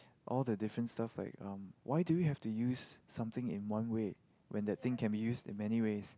all the different stuff like um why do we have to use something in one way when that thing can be used in many ways